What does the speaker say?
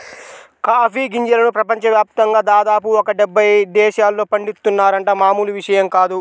coffee గింజలను ప్రపంచ యాప్తంగా దాదాపు ఒక డెబ్బై దేశాల్లో పండిత్తున్నారంటే మామూలు విషయం కాదు